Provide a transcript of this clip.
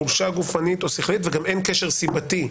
חולשה גופנית או שכלית וגם אין קשר סיבתי.